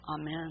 Amen